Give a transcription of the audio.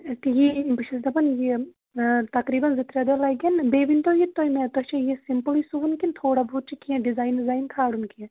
تہٕ یی بہٕ چھَس دَپَن یہِ تقریٖباً زٕ ترٛےٚ دۄہ لَگٮ۪ن بیٚیہِ ؤنۍتو یہِ تُہۍ مےٚ تۄہہِ چھُ یہِ سِمپٕلٕے سُوُن کِنہٕ تھوڑا بہت چھُ کینٛہہ ڈِزایِن وِزایِن کھالُن کیٚنٛہہ